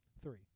Three